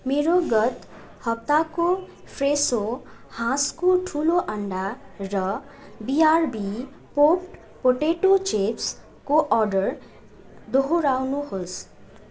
मेरो गत हप्ताको फ्रेसो हाँसको ठुलो अन्डा र बिआरबी पोप्ड पोटेटो चिप्सको अर्डर दोहोऱ्याउनुहोस्